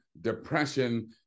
depression